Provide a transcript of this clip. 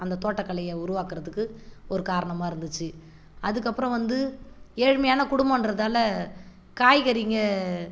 அந்த தோட்டக்கலையை உருவாக்குறதுக்கு ஒரு காரணமாக இருந்துச்சு அதற்கப்பறம் வந்து ஏழ்மையான குடும்போன்றதால் காய்கறிங்க